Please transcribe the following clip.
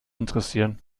interessieren